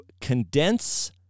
condense